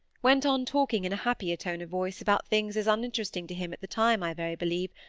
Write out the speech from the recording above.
went on talking in a happier tone of voice about things as uninteresting to him, at the time, i very believe,